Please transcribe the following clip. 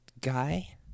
guy